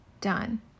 done